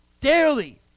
Daily